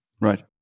Right